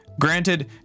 Granted